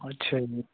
ਅੱਛਾ ਜੀ